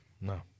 No